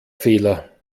fehler